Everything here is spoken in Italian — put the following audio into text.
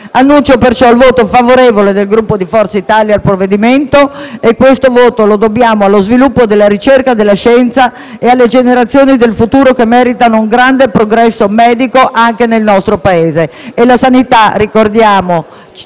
Annuncio il voto favorevole del Gruppo Forza Italia al provvedimento: lo dobbiamo allo sviluppo della ricerca e della scienza e alle generazioni del futuro che meritano un grande progresso medico anche nel nostro Paese.